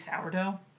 sourdough